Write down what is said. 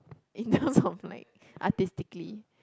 in terms of like artistically